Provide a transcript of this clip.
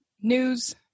news